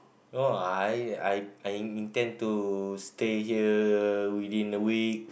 no I I I intend to stay here within a week